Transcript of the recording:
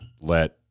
let